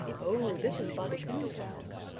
oh, this is bobby coon's house,